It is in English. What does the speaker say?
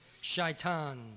shaitan